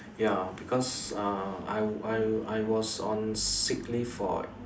ya because uh I I I was on sick leave for